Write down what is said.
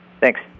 Thanks